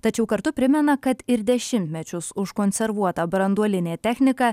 tačiau kartu primena kad ir dešimtmečius užkonservuota branduolinė technika